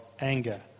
anger